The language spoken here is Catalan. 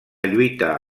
lluita